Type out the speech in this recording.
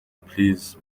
please